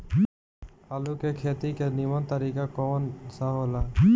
आलू के खेती के नीमन तरीका कवन सा हो ला?